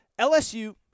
LSU